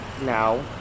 Now